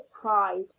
pride